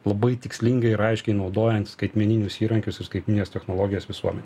labai tikslingai ir aiškiai naudojant skaitmeninius įrankius ir skaitmenines technologijas visuomenę